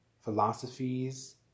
philosophies